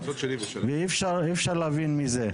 ואי אפשר להבין מזה.